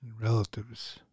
relatives